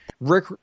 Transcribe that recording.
Rick